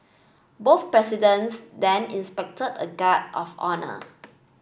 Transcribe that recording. both presidents then inspected a guard of honour